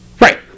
right